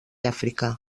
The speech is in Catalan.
àfrica